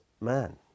man